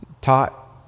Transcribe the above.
taught